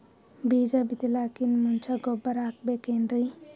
ಬೀಜ ಬಿತಲಾಕಿನ್ ಮುಂಚ ಗೊಬ್ಬರ ಹಾಕಬೇಕ್ ಏನ್ರೀ?